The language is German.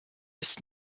ist